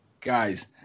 Guys